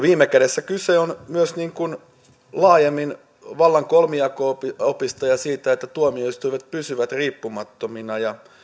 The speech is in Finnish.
viime kädessä kyse on myös laajemmin vallan kolmijako opista ja siitä että tuomioistuimet pysyvät riippumattomina ja